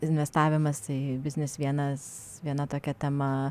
investavimas į biznius vienas viena tokia tema